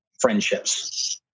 friendships